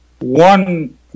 one